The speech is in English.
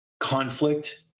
Conflict